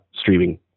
streaming